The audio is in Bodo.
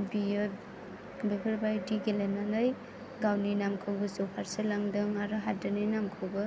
बियो बेफोरबायदि गेलेनानै गावनि नामखौ गोजौ फारसे लांदों आरो हादरनि नामखौबो